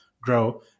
grow